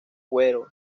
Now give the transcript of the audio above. cuero